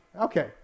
Okay